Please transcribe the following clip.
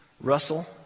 Russell